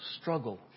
struggle